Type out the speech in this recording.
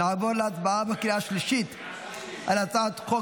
נעבור להצבעה בקריאה השלישית על הצעת החוק